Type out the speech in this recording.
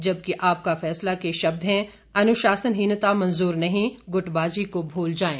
जबकि आपका फैसला के शब्द हैं अनुशासनहीनता मंजूर नहीं गुटबाजी को भूल जाएं